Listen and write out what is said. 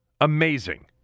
Amazing